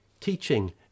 Teaching